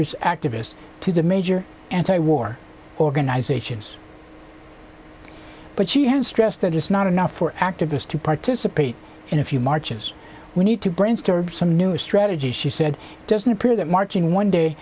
roots activist to the major anti war organizations but she has stressed that it's not enough for activists to participate in a few marches we need to brainstorm some new strategy she said it doesn't appear that marching one day